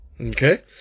Okay